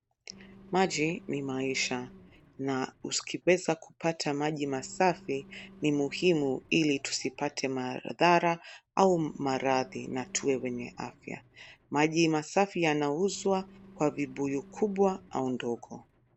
Maji ni maisha na ukiweza kupata maji masafi ni muhimu ili tusipate madhara au maradhi na tuwe wenye afya. Maji masafi yanauzwa kwa vibuyu kubwa au ndogo.